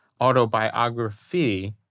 autobiography—